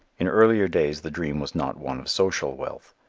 in earlier days the dream was not one of social wealth.